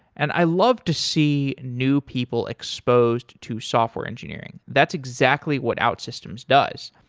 and i love to see new people exposed to software engineering. that's exactly what outsystems does.